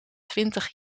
twintig